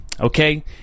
okay